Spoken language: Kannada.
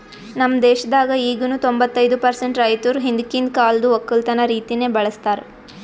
ನಮ್ ದೇಶದಾಗ್ ಈಗನು ತೊಂಬತ್ತೈದು ಪರ್ಸೆಂಟ್ ರೈತುರ್ ಹಿಂದಕಿಂದ್ ಕಾಲ್ದು ಒಕ್ಕಲತನ ರೀತಿನೆ ಬಳ್ಸತಾರ್